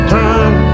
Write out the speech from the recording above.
time